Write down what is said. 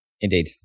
Indeed